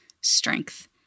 strength